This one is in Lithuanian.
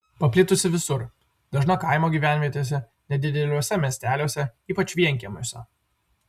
paplitusi visur dažna kaimo gyvenvietėse nedideliuose miesteliuose ypač vienkiemiuose